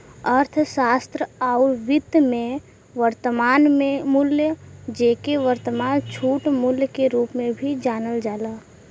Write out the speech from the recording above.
अर्थशास्त्र आउर वित्त में, वर्तमान मूल्य, जेके वर्तमान छूट मूल्य के रूप में भी जानल जाला